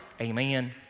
Amen